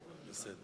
בשנת 1999,